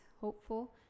hopeful